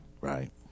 Right